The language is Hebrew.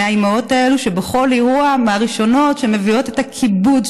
מהאימהות האלה שבכל אירוע הן מהראשונות שמביאות את הכיבוד,